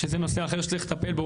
שזה נושא אחר שצריך לטפל בו,